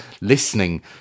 listening